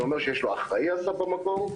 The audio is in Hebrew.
זה אומר שיש לו אחראי Haccp במקום,